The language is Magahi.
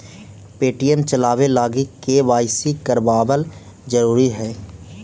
पे.टी.एम चलाबे लागी के.वाई.सी करबाबल जरूरी हई